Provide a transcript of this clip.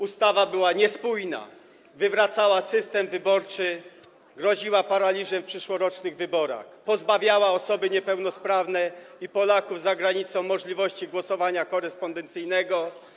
Ustawa była niespójna, wywracała system wyborczy, groziła paraliżem w przyszłorocznych wyborach, pozbawiała osoby niepełnosprawne i Polaków za granicą możliwości głosowania korespondencyjnego.